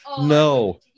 No